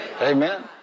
Amen